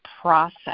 process